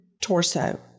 torso